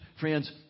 Friends